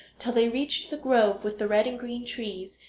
till they reached the grove with the red and green trees,